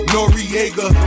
Noriega